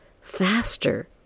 faster